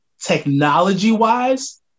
technology-wise